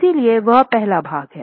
इसलिएवह पहला भाग है